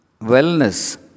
Wellness